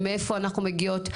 ומאיפה אנחנו מגיעות.